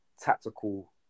Tactical